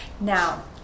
Now